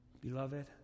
Beloved